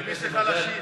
מפני שהם חלשים.